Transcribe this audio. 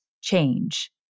change